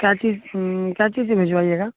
क्या चीज क्या चीज से भेजवाइएगा